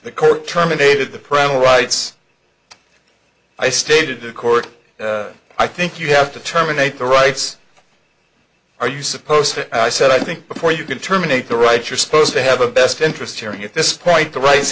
the court terminated the premier rights i stated the court i think you have to terminate the rights are you supposed to i said i think before you can terminate the right you're supposed to have a best interest hearing at this point the ri